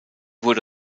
wurde